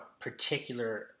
particular